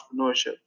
entrepreneurship